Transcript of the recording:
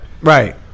Right